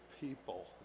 people